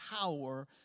power